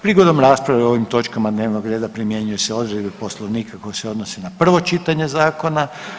Prigodom rasprave o ovim točkama dnevnog reda primjenjuju se odredbe Poslovnika koje se odnose na prvo čitanje zakona.